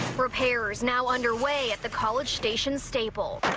repairs now underway at the college station staple,